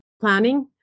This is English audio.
planning